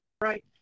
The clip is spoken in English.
right